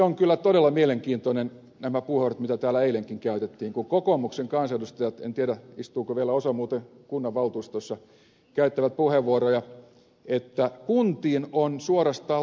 ovat kyllä todella mielenkiintoisia nämä puheenvuorot mitä täällä eilenkin käytettiin kun kokoomuksen kansanedustajat en tiedä istuuko vielä osa muuten kunnanvaltuustoissa käyttivät puheenvuoroja että kuntiin on suorastaan lapioitu rahaa